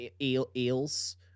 eels